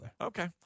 Okay